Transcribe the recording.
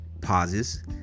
pauses